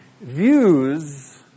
views